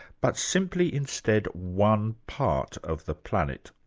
but simply instead one part of the planet.